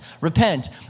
repent